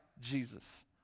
Jesus